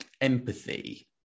empathy